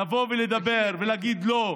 לבוא ולדבר ולהגיד: לא,